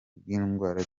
bw’indwara